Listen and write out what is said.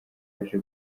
aje